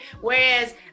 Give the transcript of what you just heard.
Whereas